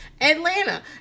Atlanta